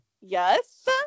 yes